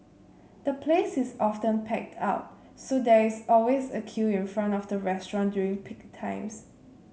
the place is often packed out so there is always a queue in front of the restaurant during peak times